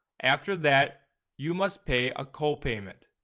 after that you must pay a co-payment,